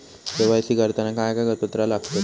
KYC करताना काय कागदपत्रा लागतत?